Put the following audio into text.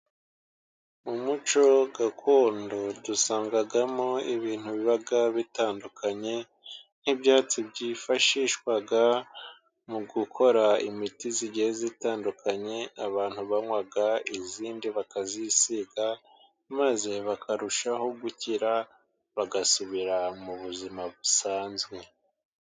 Umuco gakondo dusangamo ibintu biba bitandukanye, nk'ibyatsi byifashishwa mu gukora imiti igiye itandukanye, abantu banywa indi bakayisiga, maze bakarushaho gukira bagasubira mu buzima busanzwe.